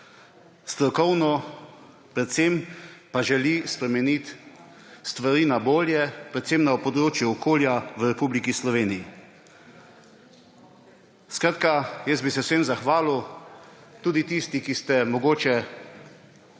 strokovno, predvsem pa želi spremeniti stvari na bolje, predvsem na področju okolja v Republiki Sloveniji. Skratka, jaz bi se vsem zahvalil, tudi tistim, ki ste mogoče